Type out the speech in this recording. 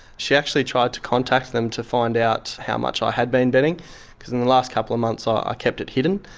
she actually tried to contact them to find out how much i had been betting because in the last couple of months ah i kept it hidden.